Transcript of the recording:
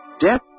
Death